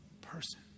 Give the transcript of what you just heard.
person